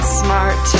smart